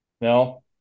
No